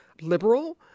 liberal